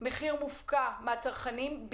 מחיר מופקע מהצרכנים,